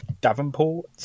Davenport